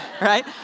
Right